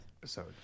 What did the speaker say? episode